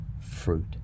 fruit